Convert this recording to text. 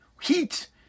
heat